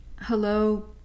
hello